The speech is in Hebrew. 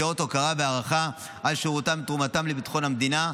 כאות הוקרה והערכה על שירותם ותרומתם לביטחון המדינה,